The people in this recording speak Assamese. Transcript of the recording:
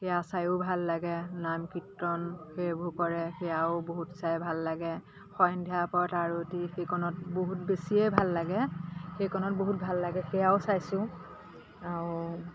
সেয়া চাইও ভাল লাগে নাম কীৰ্তন সেইবোৰ কৰে সেয়াও বহুত চাই ভাল লাগে সন্ধিয়াৰ পৰত আৰতি সেইকণত বহুত বেছিয়ে ভাল লাগে সেইকণত বহুত ভাল লাগে সেয়াও চাইছোঁ আৰু